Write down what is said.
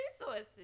resources